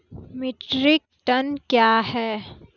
Metric ton कया हैं?